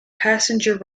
passenger